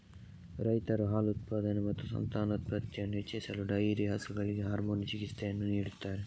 ರೈತರು ಹಾಲು ಉತ್ಪಾದನೆ ಮತ್ತು ಸಂತಾನೋತ್ಪತ್ತಿಯನ್ನು ಹೆಚ್ಚಿಸಲು ಡೈರಿ ಹಸುಗಳಿಗೆ ಹಾರ್ಮೋನ್ ಚಿಕಿತ್ಸೆಯನ್ನು ನೀಡುತ್ತಾರೆ